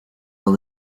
will